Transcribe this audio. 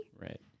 right